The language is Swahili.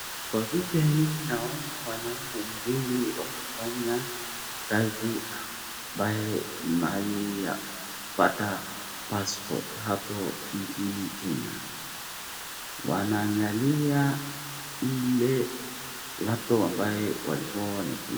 Kwa picha naona wanaume wawili wakifanya kazi ambaye ni mahali pa kupata passport hapo nchini kenya wanaangalia ile laptop ambayo walikuwa wanatumia.